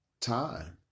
time